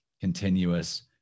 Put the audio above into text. continuous